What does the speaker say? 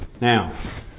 Now